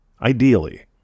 Ideally